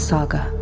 Saga